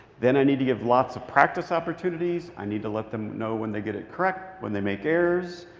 then i need to give lots of practice opportunities. i need to let them know when they get it correct, when they make errors.